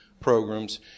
programs